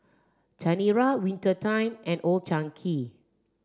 Chanira Winter Time and Old Chang Kee